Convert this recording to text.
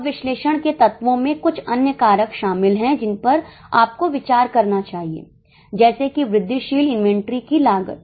अब विश्लेषण के तत्वों में कुछ अन्य कारक शामिल हैं जिन पर आपको विचार करना चाहिए जैसे कि वृद्धिशील इन्वेंट्री की लागत